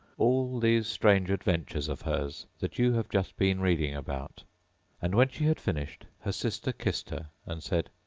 all these strange adventures of hers that you have just been reading about and when she had finished, her sister kissed her, and said,